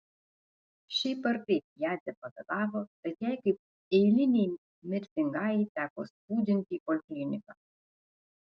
šiaip ar taip jadzė pavėlavo tad jai kaip eilinei mirtingajai teko spūdinti į polikliniką